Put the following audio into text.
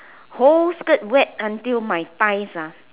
whole skirt wet until my thighs ah